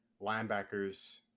Linebackers